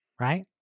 Right